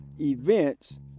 events